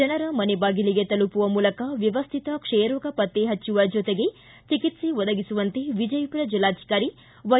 ಜನರ ಮನೆ ಬಾಗಿಲಿಗೆ ತಲುಪುವ ಮೂಲಕ ವ್ಯವ್ಯತ ಕ್ಷಯರೋಗ ಪತ್ತೆ ಹಚ್ಚುವ ಜೊತೆಗೆ ಚಿಕಿತ್ಸೆ ಒದಗಿಸುವಂತೆ ವಿಜಯಪುರ ಜಿಲ್ಲಾಧಿಕಾರಿ ವೈ